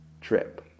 trip